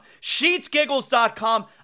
Sheetsgiggles.com